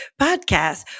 podcast